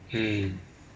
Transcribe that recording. mm